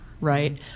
Right